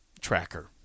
Tracker